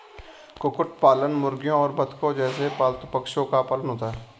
कुक्कुट पालन मुर्गियों और बत्तखों जैसे पालतू पक्षियों का पालन होता है